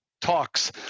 talks